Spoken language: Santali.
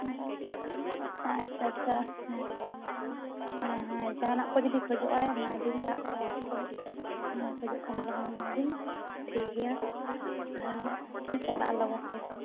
ᱟᱪᱪᱷᱟ ᱟᱪᱪᱷᱟ ᱦᱮᱸ ᱦᱮᱸ ᱦᱮᱸ ᱡᱟᱦᱟᱸᱱᱟᱜ ᱠᱚ ᱡᱩᱫᱤᱭ ᱠᱷᱚᱡᱚᱜᱼᱟ ᱮᱢᱟᱭ ᱵᱤᱱ ᱫᱟᱜ ᱠᱚ ᱟᱨᱠᱚ ᱠᱷᱚᱡᱚᱜ ᱠᱷᱟᱱᱮ ᱞᱚᱜᱚᱱ ᱮᱢᱟᱭ ᱵᱤᱱ ᱴᱷᱤᱠ ᱜᱮᱭᱟ ᱛᱟᱦᱚᱞᱮ ᱟᱞᱤᱧ ᱞᱤᱧ ᱪᱟᱞᱟᱜᱼᱟ ᱞᱚᱜᱚᱱ ᱜᱮ